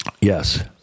Yes